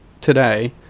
today